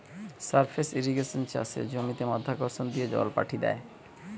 surface ইর্রিগেশনে চাষের জমিতে মাধ্যাকর্ষণ দিয়ে জল পাঠি দ্যায়